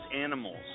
animals